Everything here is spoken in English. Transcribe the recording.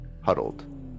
huddled